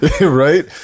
right